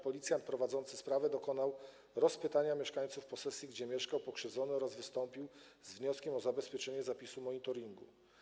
Policjant prowadzący sprawę dokonał rozpytania mieszkańców posesji, gdzie mieszkał pokrzywdzony, oraz wystąpił z wnioskiem o zabezpieczenie zapisu z monitoringu.